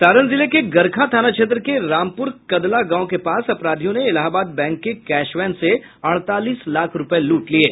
सारण जिले के गरखा थाना क्षेत्र के रामपुर कदला गांव के पास अपराधियों ने इलाहाबाद बैंक के कैशवैन से अड़तालीस लाख रूपये लूट लिये